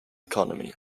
economy